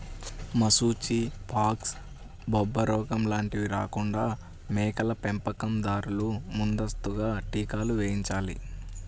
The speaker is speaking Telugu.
మశూచి, ఫాక్స్, బొబ్బరోగం లాంటివి రాకుండా మేకల పెంపకం దారులు ముందస్తుగా టీకాలు వేయించాలి